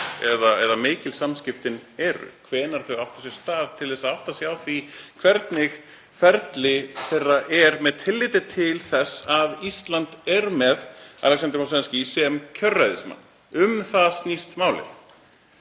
eða mikil samskiptin eru, hvenær þau áttu sér stað, til að átta sig á því hvernig ferli þeirra er með tilliti til þess að Ísland er með Aleksander Mosjenskí sem kjörræðismann. Um það snýst málið.